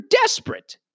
desperate